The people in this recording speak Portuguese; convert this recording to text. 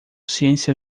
ciência